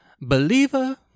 Believer